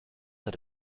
had